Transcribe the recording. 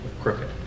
crooked